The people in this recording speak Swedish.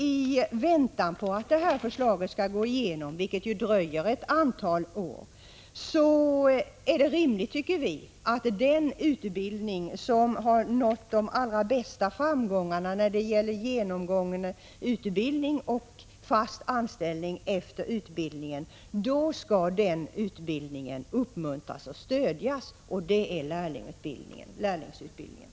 I väntan på att detta förslag skall gå igenom, vilket dröjer ett antal år, tycker vi att det är rimligt att den utbildning som har nått de allra bästa framgångarna när det gäller fullföljande och fast anställning efter utbildningen skall uppmuntras och stödjas, och det är lärlingsutbildningen.